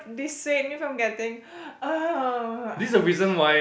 dissuade me from getting !ugh! I hate you